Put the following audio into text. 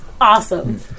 Awesome